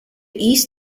east